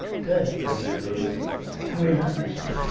good. really, really enjoy it. tell me about yourself.